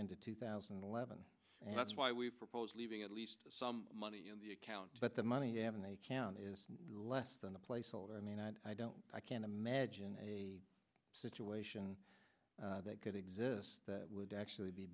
into two thousand and eleven and that's why we've proposed leaving at least some money in the account but the money you have in a can is less than a placeholder i mean i don't i can't imagine a situation that could exist that would actually be